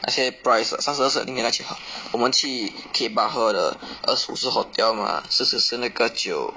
那些 price uh 三十二是因为那次喝我们去 Tapas 喝的二十是 hotel mah 四十那个酒